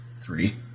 Three